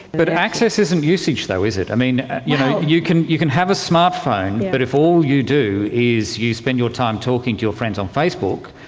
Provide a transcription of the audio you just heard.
but access isn't usage though is it? yeah you can you can have a smart phone but if all you do is you spend your time talking to your friends on facebook,